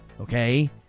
okay